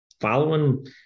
following